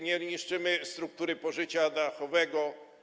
Nie niszczymy struktury poszycia dachowego.